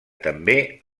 també